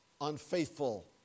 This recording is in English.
unfaithful